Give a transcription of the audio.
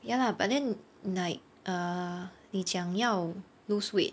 ya lah but then like err 你讲你要 lose weight